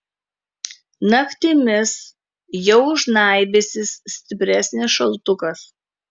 naktimis jau žnaibysis stipresnis šaltukas